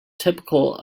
typical